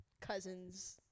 cousin's